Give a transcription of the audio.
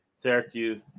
Syracuse